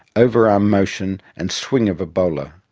over-arm motion and swing of a bowler,